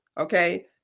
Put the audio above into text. okay